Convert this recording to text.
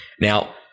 Now